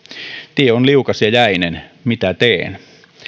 tie on liukas ja jäinen mitä teen